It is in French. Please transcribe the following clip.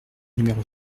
numéro